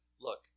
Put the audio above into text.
look